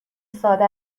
ساده